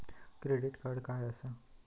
Credit card काय असता?